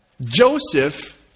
Joseph